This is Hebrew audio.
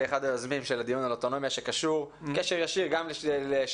כאחד היוזמים של הדיון על האוטונומיה שקשור